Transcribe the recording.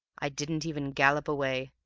i didn't even gallop away,